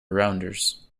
rounders